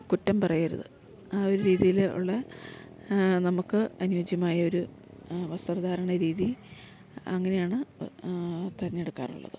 കുറ്റം പറയരുത് ആ ഒരു രീതിയിൽ ഉള്ള നമുക്ക് അനുയോജ്യമായ ഒരു വസ്ത്ര ധാരണ രീതി അങ്ങനെയാണ് തെരഞ്ഞെടുക്കാറുള്ളത്